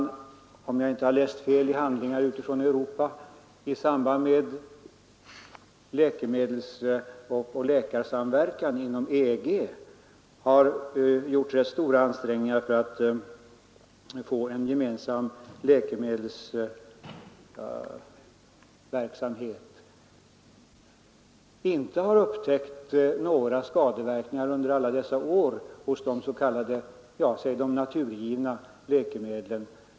Om jag inte läst fel i handlingar från Europa, har man gjort stora ansträngningar inom EG för att få en gemensam läkemedelsverksamhet till stånd, men man har under alla dessa år inte upptäckt några skadeverkningar av de ”naturgivna” läkemedlen.